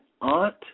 aunt